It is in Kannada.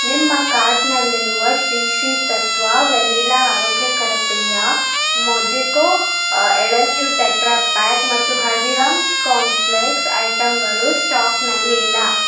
ನಿಮ್ಮ ಕಾರ್ಟ್ನಲ್ಲಿರುವ ಶ್ರೀ ಶ್ರೀ ತತ್ವ ವೆನಿಲ್ಲಾ ಆರೋಗ್ಯಕರ ಪೇಯ ಮೊಜೆಕೋ ಎಳನೀರು ಟೆಟ್ರಾಪ್ಯಾಕ್ ಮತ್ತು ಹಲ್ದೀರಾಮ್ಸ್ ಕಾರ್ನ್ಫ್ಲೇಕ್ಸ್ ಐಟಂಗಳು ಸ್ಟಾಕ್ನಲ್ಲಿಲ್ಲ